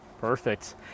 Perfect